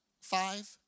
five